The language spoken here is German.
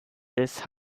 des